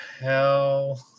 hell